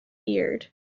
beard